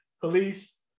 police